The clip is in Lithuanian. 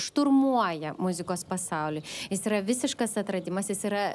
šturmuoja muzikos pasaulį jis yra visiškas atradimas jis yra